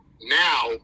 now